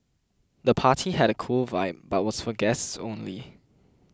the party had a cool vibe but was for guests only